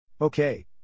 Okay